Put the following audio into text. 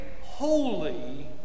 holy